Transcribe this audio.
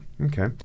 Okay